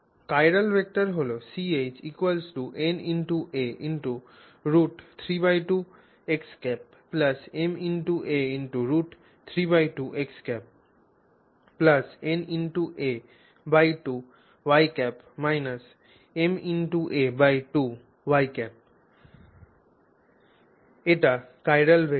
chiral vector হল Ch na√32 ma√32 na2 ma2 এটি chiral vector